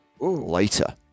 later